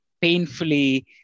painfully